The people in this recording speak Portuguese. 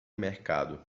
mercado